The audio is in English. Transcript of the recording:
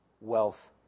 wealth